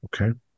okay